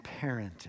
parenting